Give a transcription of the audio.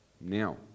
Now